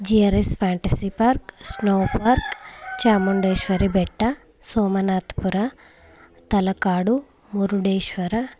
G R S fantasy park snow park Chamundeshwari ಬೆಟ್ಟ ಸೋಮನಾಥಪುರ ತಲಕಾಡು ಮುರುಡೇಶ್ವರ